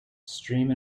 stream